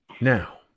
Now